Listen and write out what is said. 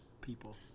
people